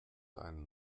einen